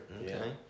Okay